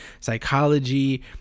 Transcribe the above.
psychology